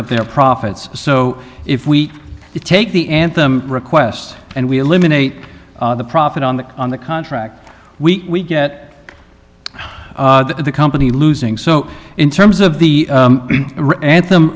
of their profits so if we take the anthem request and we eliminate the profit on the on the contract we get but the company losing so in terms of the anthem